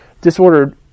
disordered